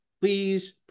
please